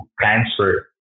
transfer